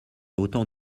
autant